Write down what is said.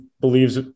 believes